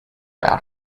out